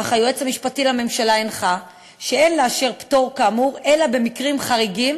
אך היועץ המשפטי לממשלה הנחה שאין לאשר פטור כאמור אלא במקרים חריגים